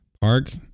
Park